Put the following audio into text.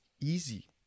easy